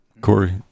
Corey